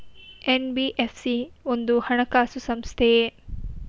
NBFC ಒಂದು ಹಣಕಾಸು ಸಂಸ್ಥೆಯೇ?